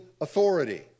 authority